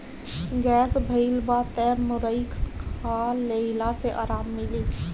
gas भइल बा तअ मुरई खा लेहला से आराम मिली